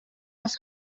els